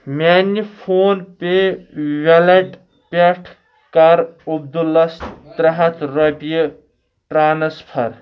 میٛانہِ PhonePe wallet پیٚٹھ کَر عبدُلس ترٛےٚ ہَتھ رۄپیہِ ٹرانسفر